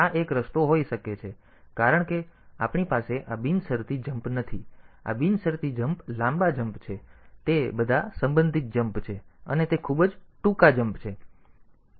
તેથી આ એક રસ્તો હોઈ શકે છે કારણ કે આપણી પાસે આ બિનશરતી જમ્પ નથી કારણ કે આ શરતી જમ્પ લાંબા જમ્પ છે તે બધા સંબંધિત જમ્પ છે અને તે ખૂબ જ ટૂંકા જમ્પ છે